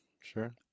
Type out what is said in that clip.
sure